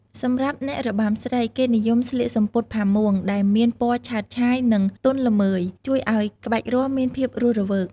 សម្រាប់អ្នករបាំស្រី គេនិយមស្លៀកសំពត់ផាមួងដែលមានពណ៌ឆើតឆាយ និងទន់ល្មើយ ជួយឱ្យក្បាច់រាំមានភាពរស់រវើក។